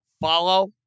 follow